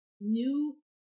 new